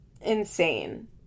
insane